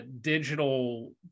digital